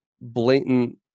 blatant